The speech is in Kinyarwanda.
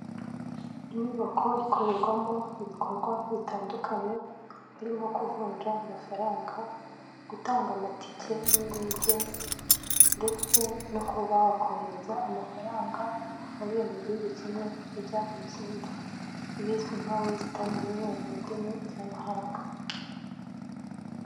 Inyubako ikorerwamo ibikorwa bitandukanye, harimo kuvunja amafaranga, gutanga amatike y'indege ndetse no kuba wakohereza amafaranga avuye mu gihugu kimwe ajya mu kindi, bizwi nka wesitani yuniyoni mu ndimi z'amahanga.